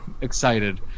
excited